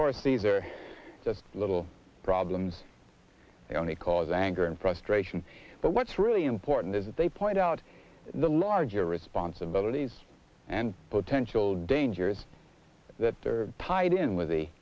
course these are the little problems they only cause anger frustration but what's really important is that they point out the larger responsibilities and potential dangers that are tied in with the